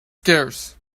scarce